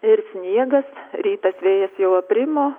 ir sniegas rytas vėjas jau aprimo